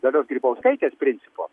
dalios grybauskaitės principo